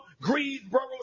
Greensboro